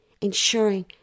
ensuring